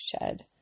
shed